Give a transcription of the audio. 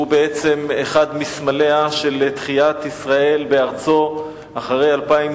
שהוא בעצם אחד מסמליה של תחיית ישראל בארצו אחרי אלפיים